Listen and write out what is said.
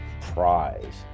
prize